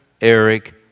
Eric